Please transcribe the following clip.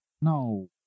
No